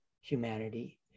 humanity